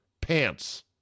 pants